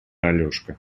алешка